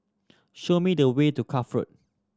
show me the way to Cuff Road